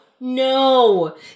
no